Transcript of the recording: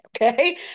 okay